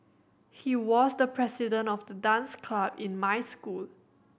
he was the president of the dance club in my school